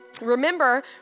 Remember